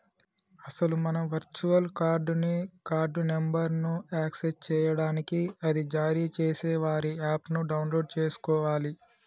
అసలు మనం virtual card ని కార్డు నెంబర్ను యాక్సెస్ చేయడానికి అది జారీ చేసే వారి యాప్ ను డౌన్లోడ్ చేసుకోవాలి